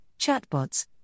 chatbots